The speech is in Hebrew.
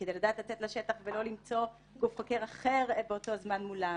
כדי לדעת לצאת לשטח ולא למצוא גוף חוקר אחר באותו זמן מולם